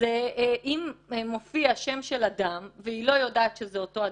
ואם מופיע בהן שם של אדם שהיא לא יודעת שזה אותו אדם,